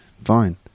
fine